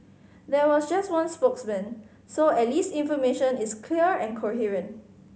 there was just one spokesman so at least information is clear coherent